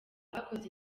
bakoze